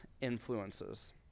influences